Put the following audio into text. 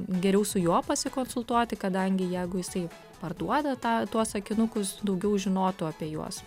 geriau su juo pasikonsultuoti kadangi jeigu jisai parduoda tą tuos akinukus daugiau žinotų apie juos